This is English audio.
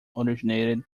originated